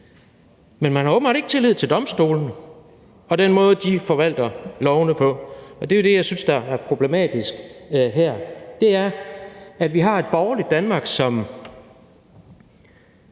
men man har åbenbart ikke tillid til domstolene og den måde, de forvalter lovene på, og det er jo det, jeg synes der er problematisk her. Det er, at vi har et borgerligt Danmark, som